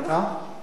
בואו נחכה כולם.